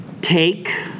take